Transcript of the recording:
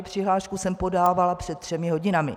Přihlášku jsem podávala před třemi hodinami.